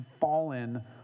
fallen